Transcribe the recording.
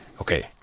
okay